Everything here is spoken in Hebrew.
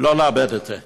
לא לאבד את זה.